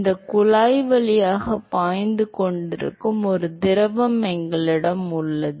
இந்த குழாய் வழியாக பாய்ந்து கொண்டிருக்கும் ஒரு திரவம் எங்களிடம் உள்ளது